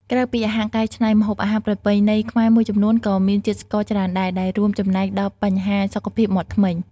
ក្រៅពីអាហារកែច្នៃ ម្ហូបអាហារប្រពៃណីខ្មែរមួយចំនួនក៏មានជាតិស្ករច្រើនដែរ ដែលរួមចំណែកដល់បញ្ហាសុខភាពមាត់ធ្មេញ។